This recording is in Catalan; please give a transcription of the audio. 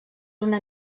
una